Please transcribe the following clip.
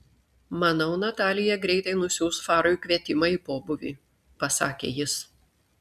manau natalija greitai nusiųs farui kvietimą į pobūvį pasakė jis